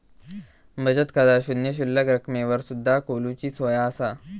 बचत खाता शून्य शिल्लक रकमेवर सुद्धा खोलूची सोया असा